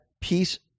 Peace